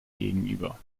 gegenüber